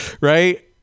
Right